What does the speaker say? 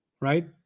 Right